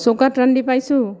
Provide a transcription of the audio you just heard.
চৌকাত ৰান্ধি পাইছোঁ